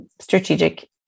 strategic